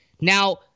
Now